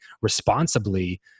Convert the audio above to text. responsibly